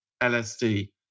LSD